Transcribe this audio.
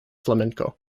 flamenco